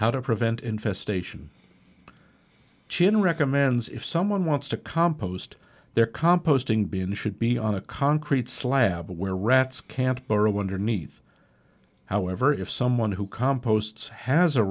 how to prevent infestation chine recommends if someone wants to compost their composting be in should be on a concrete slab where rats can't burrow underneath however if someone who composts has a